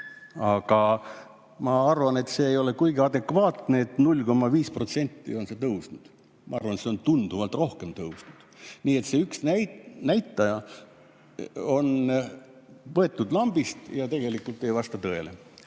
Aga ma arvan, et see ei ole kuigi adekvaatne, et 0,5% on see tõusnud. Ma arvan, et see on tunduvalt rohkem tõusnud. Nii et üks näitaja on võetud lambist ja see tegelikult ei vasta tõele.